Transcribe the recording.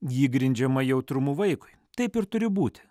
ji grindžiama jautrumu vaikui taip ir turi būti